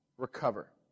Recover